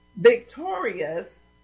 victorious